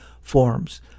forms